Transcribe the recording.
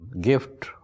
gift